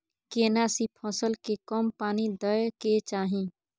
केना सी फसल के कम पानी दैय के चाही?